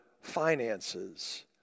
finances